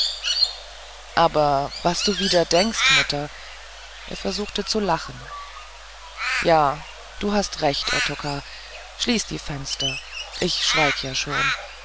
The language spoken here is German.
aber was du wieder denkst mutter er versuchte zu lachen ja du hast recht ottokar schließ die fenster ich schweig ja schon